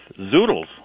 zoodles